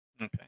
Okay